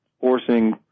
forcing